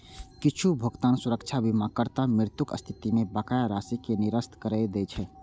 किछु भुगतान सुरक्षा बीमाकर्ताक मृत्युक स्थिति मे बकाया राशि कें निरस्त करै दै छै